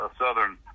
southern